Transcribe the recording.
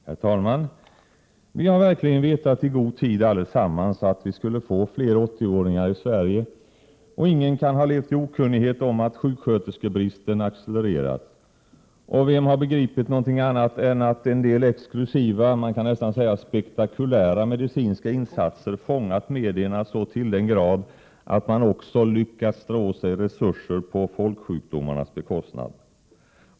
Herr talman! Vi har verkligen allesammans i god tid vetat att vi skulle få fler 80-åringar i Sverige. Ingen kan ha levt i okunnighet om att sjuksköterskebristen accelererat. Vem har inte begripit att en del exklusiva, man kan nästan säga spektakulära, medicinska insatser fångat medierna så till den grad att de också lyckats suga åt sig resurser på folksjukdomarnas bekostnad?